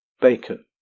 Bacon